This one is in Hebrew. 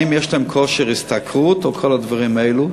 האם יש להם כושר השתכרות או כל הדברים האלה?